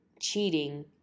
cheating